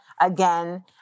again